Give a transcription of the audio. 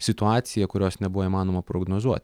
situacija kurios nebuvo įmanoma prognozuot